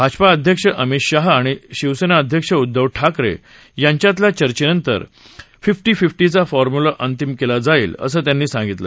भाजपा अध्यक्ष अमित शाह आणि शिवसेना अध्यक्ष उद्धव ठाकरे यांच्यातल्या चर्चेनंतर फिफ्टी फिफ्टीचा फॉर्म्युला अंतिम केला जाईल असं त्यांनी सांगितलं